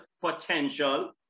potential